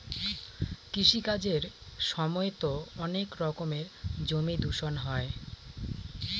কৃষি কাজের সময়তো অনেক রকমের জমি দূষণ হয়